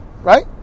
right